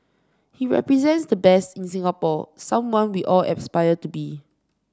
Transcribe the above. he represents the best in Singapore someone we all aspire to be